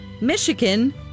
Michigan